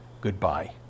Goodbye